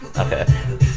Okay